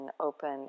open